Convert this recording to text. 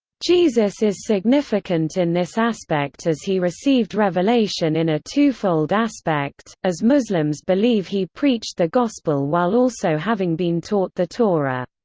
jesus is significant in this aspect as he received revelation in a twofold aspect, as muslims believe he preached the gospel while also having been taught the torah.